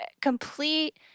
complete